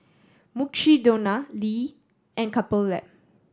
Mukshidonna Lee and Couple Lab